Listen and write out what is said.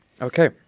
Okay